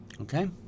Okay